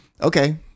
Okay